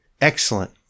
excellent